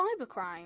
cybercrime